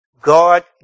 God